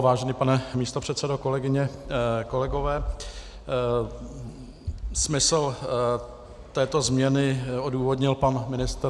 Vážený pane místopředsedo, kolegyně, kolegové, smysl této změny odůvodnil pan ministr.